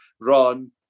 run